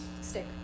Stick